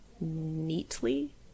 neatly